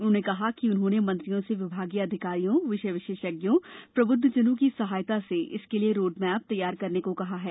उन्होंने कहा कि उन्होंने मंत्रियों से विभागीय अधिकारियों विषय विशेषज्ञों प्रबुद्धजनों की सहायता से इसके लिए रोडमैप तैयार करने को कहा है